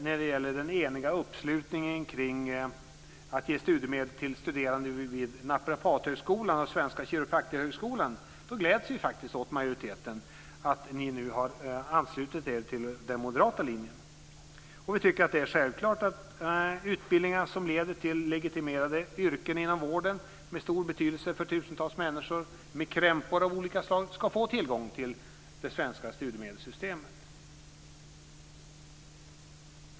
När det gäller den eniga uppslutningen kring att ge studiemedel till studerande vid Naprapathögskolan och Svenska kiropraktorhögskolan gläds vi åt att ni i majoriteten nu har anslutit er till den moderata linjen. Vi tycker att det är självklart att utbildningar som leder till legitimerade yrken inom vården, med stor betydelse för tusentals människor med krämpor av olika slag, ska få tillgång till det svenska studiemedelssystemet.